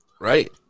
right